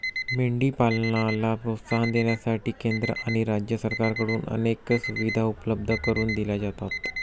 मेंढी पालनाला प्रोत्साहन देण्यासाठी केंद्र आणि राज्य सरकारकडून अनेक सुविधा उपलब्ध करून दिल्या जातात